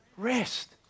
Rest